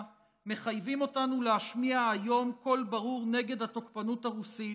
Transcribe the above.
מחייבים אותנו להשמיע היום קול ברור נגד התוקפנות הרוסית